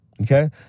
Okay